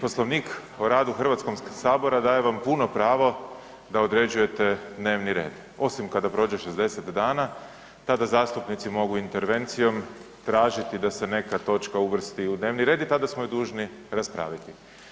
Poslovnik o radu Hrvatskog sabora daje vam puno pravo da određujete dnevni red, osim kada prođe 60 dana tada zastupnici mogu intervencijom tražiti da se neka točka uvrsti u dnevni red i tada smo je dužni raspraviti.